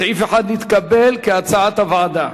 סעיף 1 נתקבל, כהצעת הוועדה.